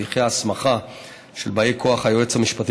תהליכי ההסמכה של באי כוח היועץ המשפטי